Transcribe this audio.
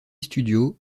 studios